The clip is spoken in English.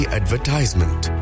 advertisement